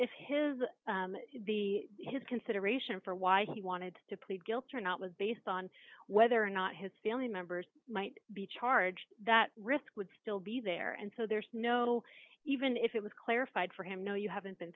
if his the his consideration for why he wanted to plead guilty or not was based on whether or not his family members might be charged that risk would still be there and so there's no even if it was clarified for him no you haven't been